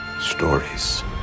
Stories